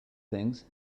things